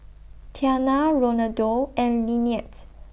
Tiana Ronaldo and Linette